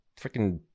freaking